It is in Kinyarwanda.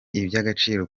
iby’agaciro